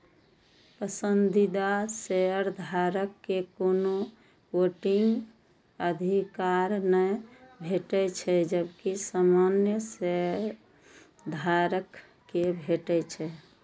पसंदीदा शेयरधारक कें कोनो वोटिंग अधिकार नै भेटै छै, जबकि सामान्य शेयधारक कें भेटै छै